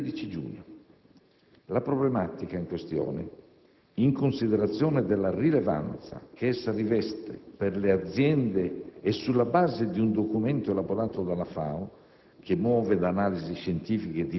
CITES il 13 giugno. La problematica in questione, in considerazione della rilevanza che essa riveste per le aziende e sulla base di un documento elaborato dalla FAO,